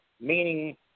meaning